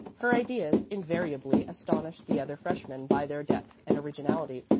her ideas invariably astonished the other freshmen by their depth and originality,